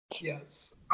yes